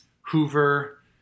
Hoover